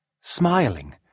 smiling